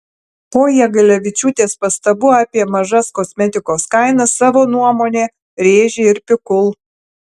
po jagelavičiūtės pastabų apie mažas kosmetikos kainas savo nuomonę rėžė ir pikul